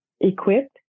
equipped